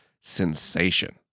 sensation